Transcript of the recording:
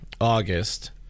August